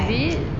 is it